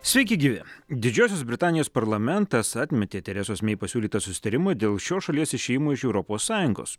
sveiki gyvi didžiosios britanijos parlamentas atmetė teresos mei pasiūlytą susitarimą dėl šios šalies išėjimo iš europos sąjungos